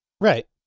Right